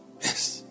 Yes